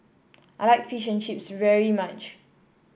I like Fish Chips very much